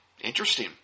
Interesting